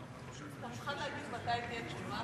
אתה מוכן להגיד מתי תהיה תשובה?